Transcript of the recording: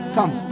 Come